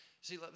see